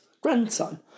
grandson